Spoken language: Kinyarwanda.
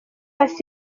pass